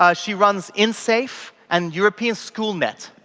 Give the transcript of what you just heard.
ah she runs insafe and european schoolnet.